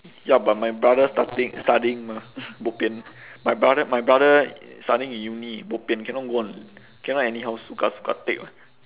ya but my brother starting studying mah bo pian my brother my brother studying in uni bo pian cannot go on cannot anyhow suka suka take lah